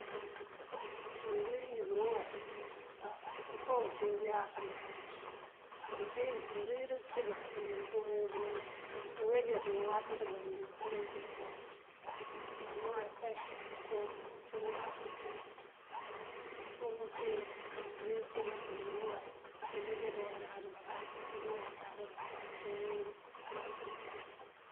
Á ţí bëwínjí bëŋooy á unko cí ngëëyas ngëtëb. Mëëmpurir bëruwí cíbá mëëndíŋ purir bëŋooy. Uweejáatú uwakëţ bá mëëndíŋ purir bëŋooy. Ţí bëëŋoy kay munko cí ngëëyas ngëëncúmal cíwun pëëmpíiţ abëruwí cíbá mëëndíŋ bëŋooy. Uweejáaţú waráţá bá kak bëŋooy jáaţa bëëŋoya ţí bíwínjí.